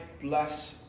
bless